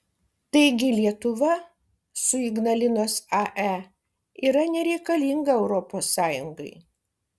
taigi lietuva su ignalinos ae yra nereikalinga europos sąjungai